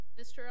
Mr